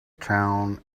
town